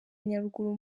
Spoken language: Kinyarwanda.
nyaruguru